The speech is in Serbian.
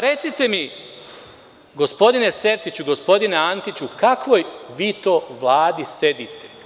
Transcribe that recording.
Recite mi, gospodine Sertiću i gospodine Antiću, u kakvoj vi to Vladi sedite?